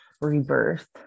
rebirth